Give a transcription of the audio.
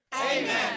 Amen